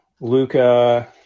Luca